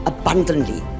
abundantly